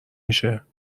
میشه